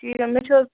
ٹھیٖک حظ